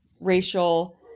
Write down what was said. racial